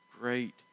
great